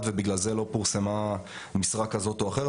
ובגלל זה לא פורסמה משרה כזאת או אחרת,